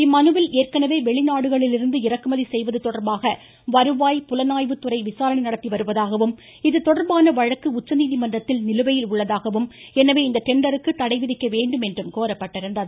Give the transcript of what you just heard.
இம்மனுவில் ஏற்கனவே வெளிநாடுகளிலிருந்து இறக்குமதி செய்வது தொடர்பாக வருவாய் புலனாய்வு துறை விசாரணை நடத்தி வருவதாகவும் இதுதொடா்பான வழக்கு உச்சநீதிமன்றத்தில் நிலுவையில் உள்ளதாகவும் எனவே இந்த டெண்டருக்கு தடை விதிக்க வேண்டும் என்று கோரப்பட்டிருந்தது